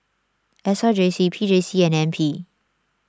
S R J C P J C and N P